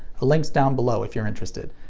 a link's down below if you're interested.